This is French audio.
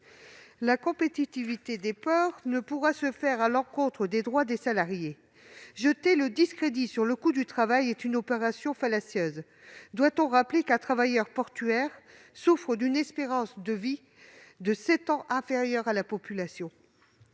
La compétitivité des ports ne pourra pas se renforcer au détriment des droits des salariés. Jeter le discrédit sur le coût du travail est une opération fallacieuse. Doit-on rappeler qu'un travailleur portuaire a une espérance de vie de sept ans inférieure à la moyenne